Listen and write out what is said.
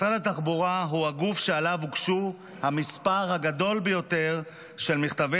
משרד התחבורה הוא הגוף שעליו הוגשו המספר הגדול ביותר של מכתבי